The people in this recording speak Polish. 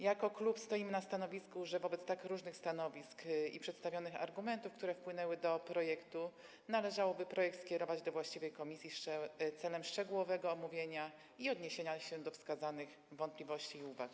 Jako klub stoimy na stanowisku, że wobec tak różnych stanowisk i przedstawionych argumentów, które wpłynęły do projektu, należałoby skierować projekt do właściwej komisji w celu szczegółowego omówienia i odniesienia się do wskazanych wątpliwości i uwag.